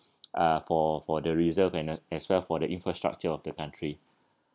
uh for for the reserve and a as well for the infrastructure of the country